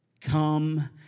Come